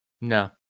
No